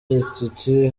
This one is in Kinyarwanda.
institute